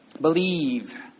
Believe